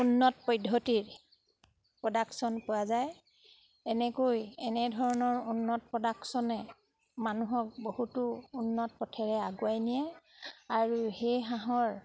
উন্নত পদ্ধতিৰ প্ৰডাকশ্যন পোৱা যায় এনেকৈ এনেধৰণৰ উন্নত প্ৰডাকশ্যনে মানুহক বহুতো উন্নত পথেৰে আগুৱাই নিয়ে আৰু সেই হাঁহৰ